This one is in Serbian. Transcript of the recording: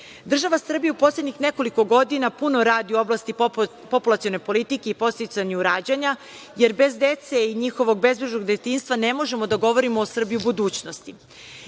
ponovi? Država Srbija u poslednjih nekoliko godina puno radi u oblasti populacione politike i podsticanju rađanja, jer bez dece i njihovog bezbrižnog detinjstva ne možemo da govorimo o Srbiji u budućnosti. Zato